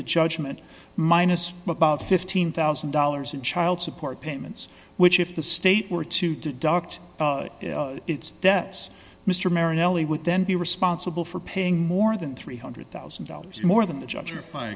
the judgment minus about fifteen thousand dollars in child support payments which if the state were to deduct its debts mr marron ellie would then be responsible for paying more than three hundred thousand dollars more than the judges are fine